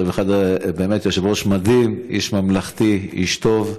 באמת יושב-ראש מדהים: איש ממלכתי, איש טוב,